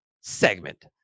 segment